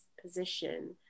position